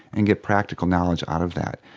and get practical knowledge out of that.